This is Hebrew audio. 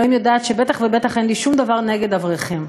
אלוהים יודעת שבטח ובטח אין לי שום דבר נגד אברכים,